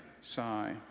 sigh